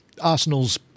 Arsenal's